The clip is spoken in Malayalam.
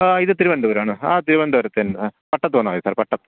ആ ഇത് തിരുവനന്തപുരമാണ് ആ തിരുവനന്തപുരത്തുതന്നെ പട്ടത്ത് വന്നാൽമതി സാർ പട്ടത്ത്